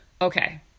Okay